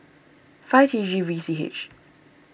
five T G V C H